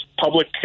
public